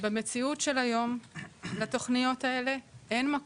במציאות של היום לתוכניות האלה אין מקום,